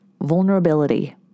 Vulnerability